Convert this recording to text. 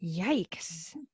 Yikes